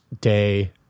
day